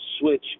switch